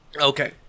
Okay